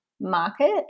market